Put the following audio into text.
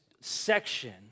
section